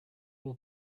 will